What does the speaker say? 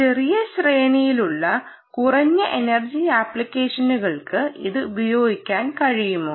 ചെറിയ ശ്രേണിയിലുള്ള കുറഞ്ഞ എനർജി ആപ്ലിക്കേഷനുകൾക്ക് ഇത് ഉപയോഗിക്കാൻ കഴിയുമോ